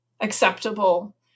acceptable